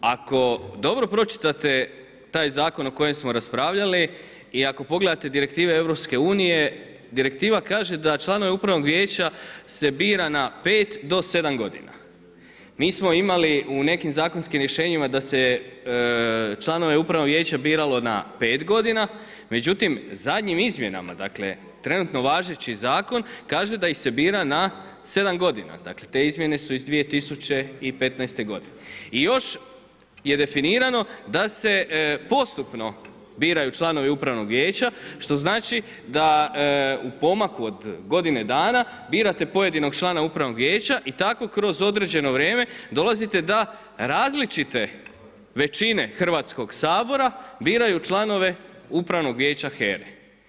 Ako dobro pročitate taj zakon o kojem smo raspravljali, i ako pogledate direktive EU-a, direktiva kaže da članovi upravnog vijeća se bira na 5 do 7 g. Mi smo imali u nekim zakonskim rješenjima da se članove upravnog vijeća biralo na 5 g., međutim zadnjim izmjenama, dakle trenutno važeći zakon kaže da ih se bira na 7 g., dakle te izmjene su iz 2015. g. Još je definirano da se postupno biraju članovi upravnog vijeća što znači da u pomaku od godine dana birate pojedinog člana upravnog vijeća i tako kroz određeno vrijeme dolazite da različite većine Hrvatskog sabora biraju članove upravnog vijeća HERA-e.